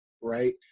right